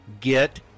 get